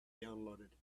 downloaded